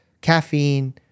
caffeine